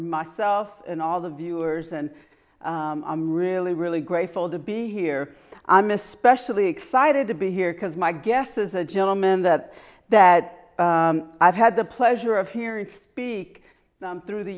myself and all the viewers and i'm really really grateful to be here i miss specially excited to be here because my guess is a gentleman that that i've had the pleasure of hearing to speak through the